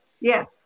Yes